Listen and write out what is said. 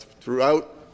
Throughout